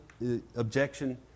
objection